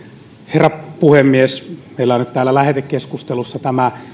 herra puhemies meillä on nyt täällä lähetekeskustelussa tämä